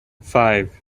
five